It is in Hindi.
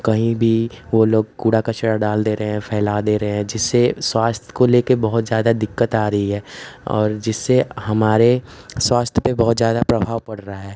कहीं भी वह लोग कूड़ा कचरा डाल दे रहे हैं फैला दे रहे हैं जिससे स्वास्थ्य को लेकर बहुत ज़्यादा दिक्कत आ रही है और जिससे हमारे स्वास्थ्य पर बहुत ज़्यादा प्रभाव पड़ रहा है